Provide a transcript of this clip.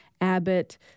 Abbott